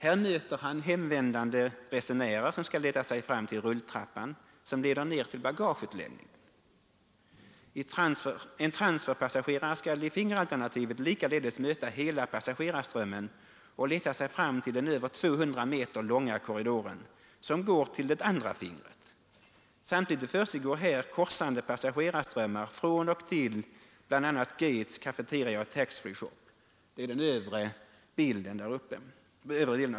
Här möter han hemvändande resenärer som skall leta sig fram till rulltrappan, vilken leder ned till bagageutlämningen. En transferpassagerare skall i fingeralternativet likaledes möta hela passagerarströmmen och leta sig fram till den över 200 meter långa korridoren, som går till det andra fingret. Samtidigt försiggår här korsande passagerarströmmar från och till bl.a. gates, cafeteria och tax-free shop.